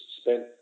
spent